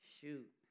shoot